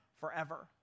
forever